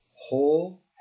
whole